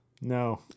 No